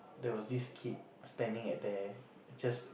there was this kid standing at there just